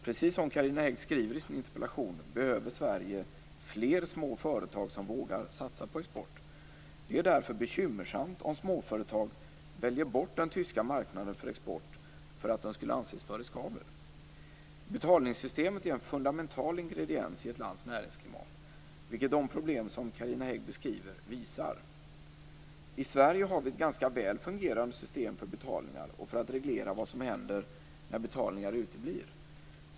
Precis som Carina Hägg skriver i sin interpellation behöver Sverige fler små företag som vågar satsa på export. Det är därför bekymmersamt om småföretag väljer bort den tyska marknaden för export för att den skulle anses för riskabel. Betalningssystemet är en fundamental ingrediens i ett lands näringsklimat, vilket de problem som Carina Hägg beskriver visar. I Sverige har vi ett ganska väl fungerande system för betalningar och för att reglera vad som händer när betalningar uteblir.